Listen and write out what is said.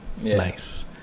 nice